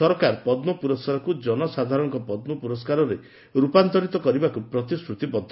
ସରକାର ପଦ୍ମ ପୁରସ୍କାରକୁ ଜନସାଧାରଣଙ୍କ ପଦ୍ମ ପୁରସ୍କାରରେ ରୂପାନ୍ତରିତ କରିବାକୁ ପ୍ରତିଶ୍ରତିବଦ୍ଧ